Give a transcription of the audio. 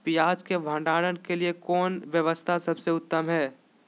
पियाज़ के भंडारण के लिए कौन व्यवस्था सबसे उत्तम है?